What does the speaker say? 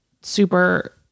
super